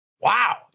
Wow